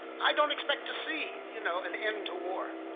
i don't expect to see you know an end to war.